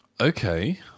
Okay